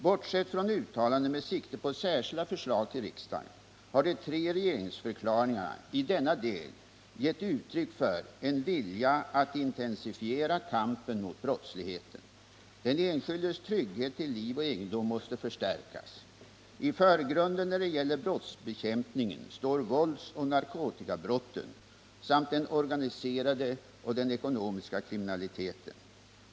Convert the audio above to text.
Bortsett från uttalanden med sikte på särskilda förslag till riksdagen har de t:e regeringsförklaringarna idenna del gett uttryck för en vilja att intensifiera kampen mot brottsligheten. Den enskildes trygghet till liv och egendom måste förstärkas. I förgrunden när det gäller brottsbekämpningen står våldsoch narkotikabrotten samt den organiserade och den ekonomiska kriminaliteten.